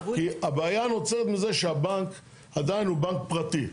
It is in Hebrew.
כי הבעיה נוצרת מזה שהבנק עדיין הוא בנק פרטי.